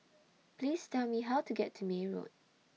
Please Tell Me How to get to May Road